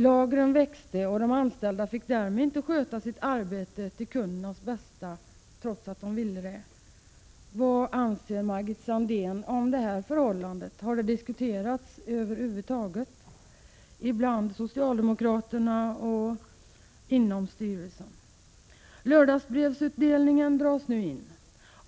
Lagren växte och de anställda fick därmed inte sköta sitt arbete till kundernas bästa trots att de ville det. Vad anser Margit Sandéhn om detta förhållande? Har det över huvud taget diskuterats bland socialdemokraterna och inom styrelsen? Lördagsbrevsutdelningen dras nu in.